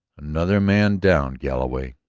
another man down, galloway,